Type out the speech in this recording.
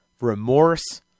remorse